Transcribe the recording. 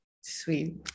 sweet